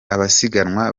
abasiganwa